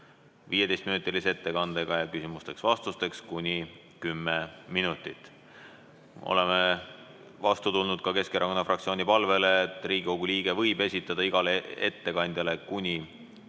15-minutise ettekandega, küsimusteks-vastusteks on kuni 10 minutit. Oleme vastu tulnud ka Keskerakonna fraktsiooni palvele, et Riigikogu liige võib esitada igale ettekandjale ühe